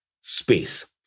space